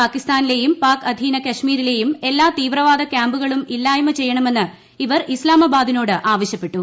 പാകിസ്ഥാനിലെയും പാക് അധീനകശ്മീരിലെയും എല്ലാ തീവ്രവാദ കൃാമ്പുകളും ഇല്ലായ്മ ചെയ്യണമെന്ന് ഇവർ ഇസ്താമാബാദിനോട് ആവശ്യപ്പെട്ടു